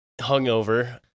hungover